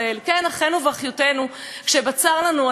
שבצר לנו אנחנו מבקשים מהם עזרה,